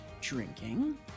drinking